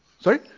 Sorry